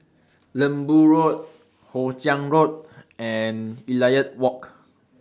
Lembu Road Hoe Chiang Road and Elliot Walk